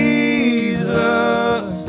Jesus